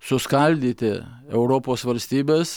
suskaldyti europos valstybes